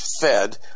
fed